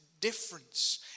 difference